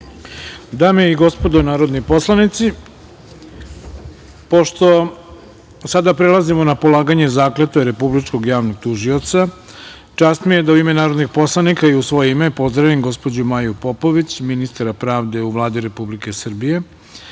Dame i gospodo narodni poslanici, pošto sada prelazimo na polaganje Zakletve Republičkog javnog tužioca, čast mi je da u ime narodnih poslanika i u svoje ime pozdravim gospođu Maju Popović, ministra pravde u Vladi Republike Srbije,